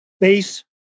base